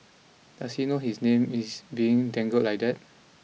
does he know his name is being dangled like that